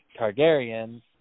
Targaryen